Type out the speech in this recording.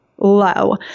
low